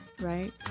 right